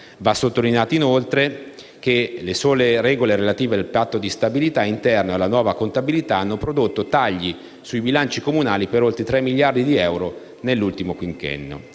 Va sottolineato, inoltre, che le sole regole relative al Patto di stabilità interno e alla nuova contabilità hanno prodotto tagli sui bilanci comunali per oltre 3 miliardi di euro nell'ultimo quinquennio.